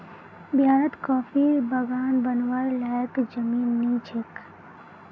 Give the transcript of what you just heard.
बिहारत कॉफीर बागान बनव्वार लयैक जमीन नइ छोक